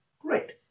Great